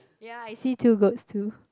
ya I see two goats two